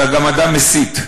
אתה גם אדם מסית,